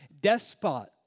Despot